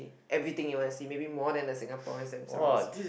everything you want to see maybe more than the Singaporeans themselves